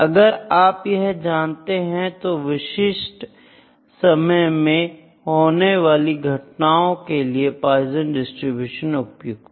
अगर आप यह जानते हैं तो विशिष्ट समय में होने वाली घटनाओं के लिए पोइजन डिस्ट्रीब्यूशन उपयुक्त है